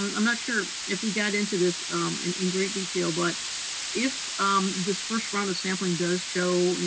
um i'm not sure if we got into this in in great detail, but if this first round of sampling does show, you